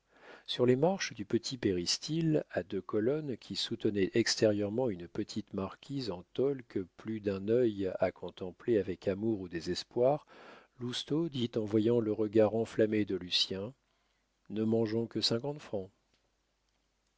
sur les marches du petit péristyle à deux colonnes qui soutenaient extérieurement une petite marquise en tôle que plus d'un œil a contemplée avec amour ou désespoir lousteau dit en voyant le regard enflammé de lucien ne mangeons que cinquante francs